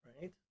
right